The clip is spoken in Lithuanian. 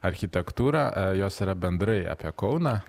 architektūrą jos yra bendrai apie kauną